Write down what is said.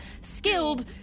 skilled